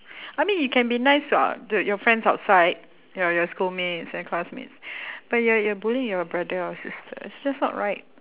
I mean you can be nice [what] to your friends outside your your schoolmates and classmates but you're you're bullying your brother or sister it's just not right